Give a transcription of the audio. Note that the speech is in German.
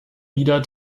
wieder